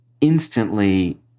instantly